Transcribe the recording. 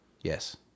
Yes